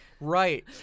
Right